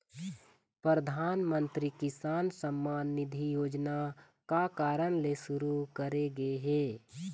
परधानमंतरी किसान सम्मान निधि योजना का कारन ले सुरू करे गे हे?